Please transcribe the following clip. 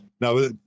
Now